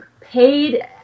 paid